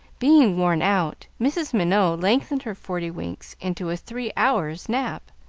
being worn out, mrs. minot lengthened her forty winks into a three hours' nap,